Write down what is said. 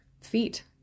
feet